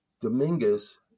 Dominguez